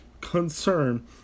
concern